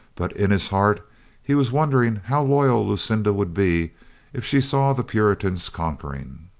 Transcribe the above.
but in his heart he was won dering how loyal lucinda would be if she saw the puritans conquering.